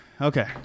okay